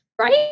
right